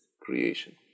creation